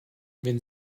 wenn